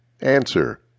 Answer